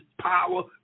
power